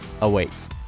awaits